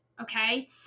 Okay